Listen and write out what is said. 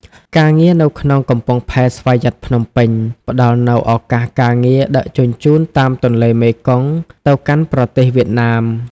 ការងារនៅក្នុងកំពង់ផែស្វយ័តភ្នំពេញ ផ្តល់នូវឱកាសការងារដឹកជញ្ជូនតាមទន្លេមេគង្គទៅកាន់ប្រទេសវៀតណាម។